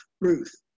Ruth